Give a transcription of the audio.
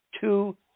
two